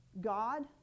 God